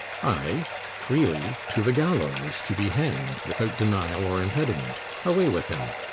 aye, freely to the gallows to be hanged, without denial or impediment. away with him!